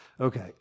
Okay